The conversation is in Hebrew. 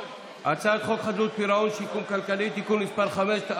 הצעת חוק חדלות פירעון ושיקום כלכלי (תיקון מס' 5),